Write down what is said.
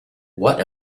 what